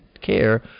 care